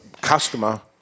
customer